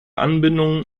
anbindung